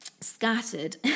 scattered